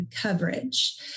coverage